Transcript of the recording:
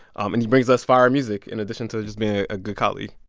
um and he brings us fire music in addition to just being a ah good colleague